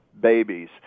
babies